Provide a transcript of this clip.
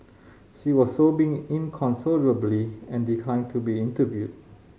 she was sobbing inconsolably and declined to be interviewed